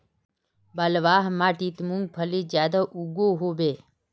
बलवाह माटित मूंगफली ज्यादा उगो होबे?